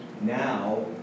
Now